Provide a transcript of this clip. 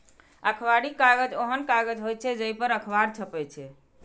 अखबारी कागज ओहन कागज होइ छै, जइ पर अखबार छपै छै